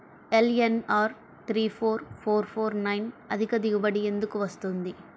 LNR three four four four nine అధిక దిగుబడి ఎందుకు వస్తుంది?